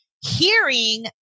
hearing